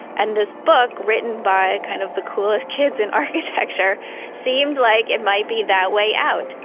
and this book written by kind of the coolest kids in architecture seemed like it might be that way out.